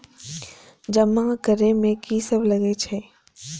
जमा करे में की सब लगे छै?